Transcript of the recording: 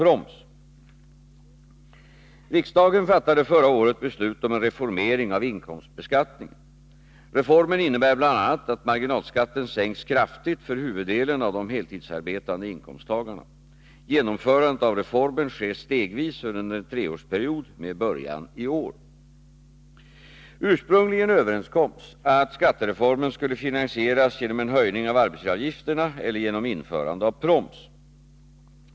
Riksdagen fattade förra året beslut om en reformering av inkomstbeskattningen. Reformen innebär bl.a. att marginalskatten sänks kraftigt för huvuddelen av de heltidsarbetande inkomsttagarna. Genomförandet av reformen sker stegvis under en treårsperiod med början i år. Ursprungligen överenskoms att skattereformen skulle finansieras genom en höjning av arbetsgivaravgifterna eller genom införande av proms.